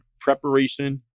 preparation